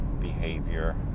behavior